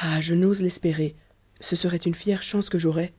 ah je n'ose l'espérer ce serait une fière chance que j'aurais